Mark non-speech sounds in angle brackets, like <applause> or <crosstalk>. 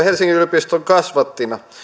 <unintelligible> helsingin yliopiston kasvattina